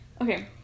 Okay